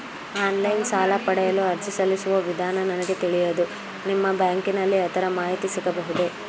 Online ಸಾಲ ಪಡೆಯಲು ಅರ್ಜಿ ಸಲ್ಲಿಸುವ ವಿಧಾನ ನನಗೆ ತಿಳಿಯದು ನಿಮ್ಮ ಬ್ಯಾಂಕಿನಲ್ಲಿ ಅದರ ಮಾಹಿತಿ ಸಿಗಬಹುದೇ?